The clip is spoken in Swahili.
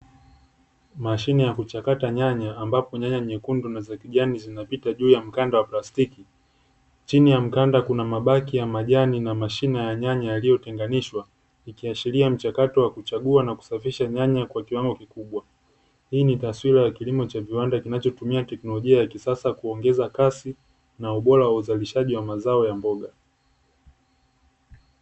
Mashine ya kuchakata nyanya, ambapo nyanya nyekundu na za kijani zinapita juu ya mkanda wa plastiki, chini ya mkanda kuna mabaki ya majani na mashina ya nyanya yaliyotenganishwa, ikiashiria mchakato wa kuchagua na kusafisha nyanya kwa kiwango kikubwa. Hii ni taswira ya kilimo cha viwanda kinachotumia teknolojia ya kisasa kuongeza kasi, na ubora wa uzalishaji wa mazao ya mboga.